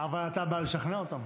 אבל אתה בא לשכנע אותם.